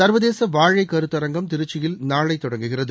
சர்வதேச வாழை கருத்தரங்கம் திருச்சியில் நாளை தொடங்குகிறது